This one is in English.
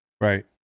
Right